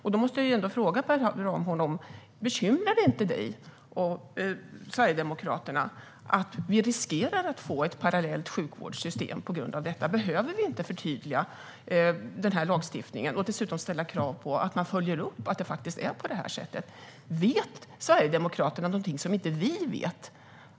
Jag måste fråga Per Ramhorn: Bekymrar det inte dig och Sverigedemokraterna att vi riskerar att få ett parallellt sjukvårdssystem på grund av detta? Behöver vi inte förtydliga den här lagstiftningen och dessutom ställa krav på att man följer upp och att det faktiskt är på det här sättet? Vet Sverigedemokraterna någonting som vi inte vet?